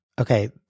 okay